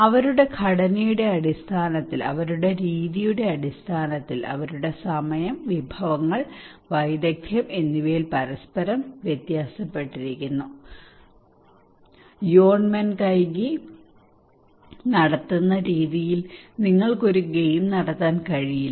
അവരുടെ ഘടനയുടെ അടിസ്ഥാനത്തിൽ അവരുടെ രീതിയുടെ അടിസ്ഥാനത്തിൽ അവരുടെ സമയം വിഭവങ്ങൾ വൈദഗ്ദ്ധ്യം എന്നിവയിൽ പരസ്പരം വ്യത്യാസപ്പെട്ടിരിക്കുന്നു യോൺമെൻകൈഗി നടത്തുന്ന രീതിയിൽ നിങ്ങൾക്ക് ഗെയിം നടത്താൻ കഴിയില്ല